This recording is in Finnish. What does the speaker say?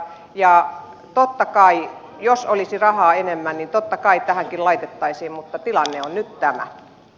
ja totta kai jos olisi rahaa enemmän tähänkin laitettaisiin mutta tilanne on nyt tämä